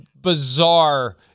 bizarre